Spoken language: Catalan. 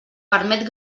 permet